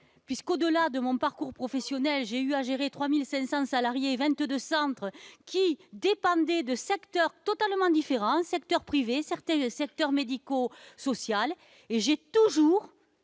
au-delà de mon parcours professionnel, j'ai eu à gérer 3 500 salariés, 22 centres, qui dépendaient de secteurs totalement différents, secteur privé, secteur médico-social. En travaillant